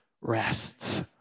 rests